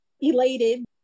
elated